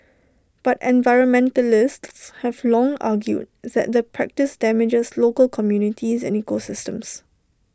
but environmentalists have long argued that the practice damages local communities and ecosystems